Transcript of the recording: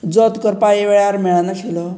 जोत करपा एक वेळार मेळनाशिल्लो